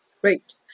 Great